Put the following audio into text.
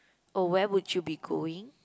oh where would you be going